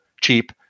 cheap